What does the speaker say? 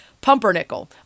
Pumpernickel